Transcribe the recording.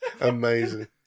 Amazing